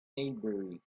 maybury